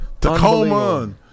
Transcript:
Tacoma